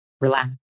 Relax